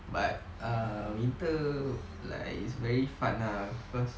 but err winter like it's very fun lah cause